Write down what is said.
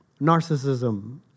narcissism